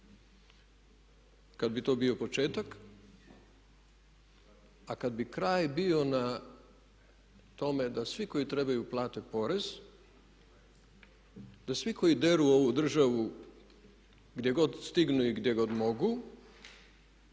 Kad bi to bio početak, a kad bi kraj bio na tome da svi koji trebaju platiti porez, da svi koji deru ovu državu gdje god stignu i gdje god mogu